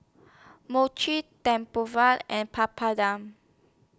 Mochi and Papadum